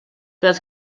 pèls